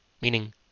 Meaning